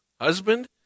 husband